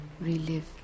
relive